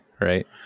right